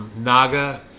Naga